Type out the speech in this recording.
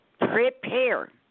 prepare